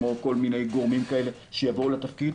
כמו כל מיני גורמים כאלה שיבואו לתפקיד.